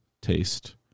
Taste